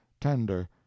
tender